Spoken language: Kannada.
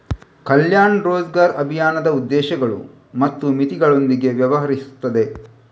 ಕಲ್ಯಾಣ್ ರೋಜ್ಗರ್ ಅಭಿಯಾನದ ಉದ್ದೇಶಗಳು ಮತ್ತು ಮಿತಿಗಳೊಂದಿಗೆ ವ್ಯವಹರಿಸುತ್ತದೆ